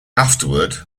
afterward